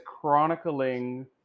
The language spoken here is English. chronicling